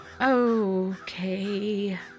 Okay